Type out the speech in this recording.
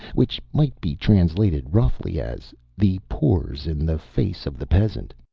which might be translated roughly as the pores in the face of the peasant.